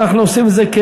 אבל אנחנו עושים את זה,